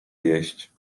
jeść